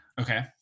okay